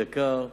יקר,